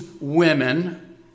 women